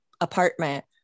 apartment